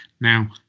Now